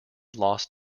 lost